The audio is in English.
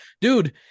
dude